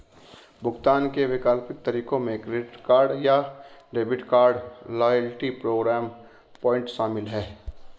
भुगतान के वैकल्पिक तरीकों में क्रेडिट या debit card, loyalty programme point शामिल है